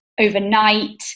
overnight